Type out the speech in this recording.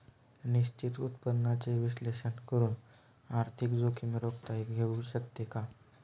निश्चित उत्पन्नाचे विश्लेषण करून आर्थिक जोखीम रोखता येऊ शकते का?